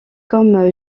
comme